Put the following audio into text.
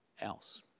else